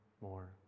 more